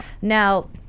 Now